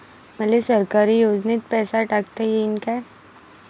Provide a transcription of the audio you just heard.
मले सरकारी योजतेन पैसा टाकता येईन काय?